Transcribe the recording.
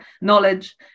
knowledge